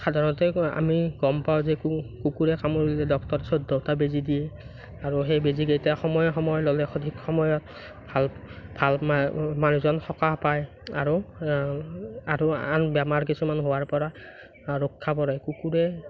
সাধাৰণতে আমি গম পাওঁ যে কু কুকুৰে কামুৰিলে ডক্তৰৰ ওচৰত দহটা বেজি দিয়ে আৰু সেই বেজি কেইটা সময়ে সময়ে ল'লে সঠিক সময়ত ভাল ভাল মা মানুহজন সকাহ পায় আৰু আৰু আন বেমাৰ কিছুমান হোৱাৰ পৰা ৰক্ষা পৰে কুকুৰে